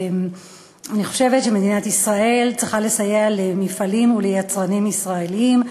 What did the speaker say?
אני חושבת שמדינת ישראל צריכה לסייע למפעלים וליצרנים ישראליים.